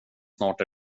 snart